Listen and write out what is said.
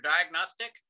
diagnostic